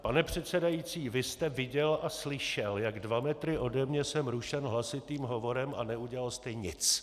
Pane předsedající, vy jste viděl a slyšel, jak dva metry ode mě jsem rušen hlasitým hovorem, a neudělal jste nic!